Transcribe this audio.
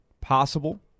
possible